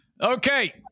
Okay